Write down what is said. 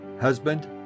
husband